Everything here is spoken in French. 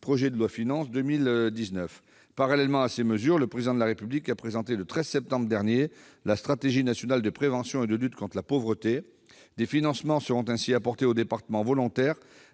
du PLF pour 2019. Parallèlement à ces mesures, le Président de la République a présenté, le 13 septembre dernier, la stratégie nationale de prévention et de lutte contre la pauvreté. Des financements seront ainsi apportés aux départements volontaires